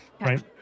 right